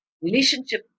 relationship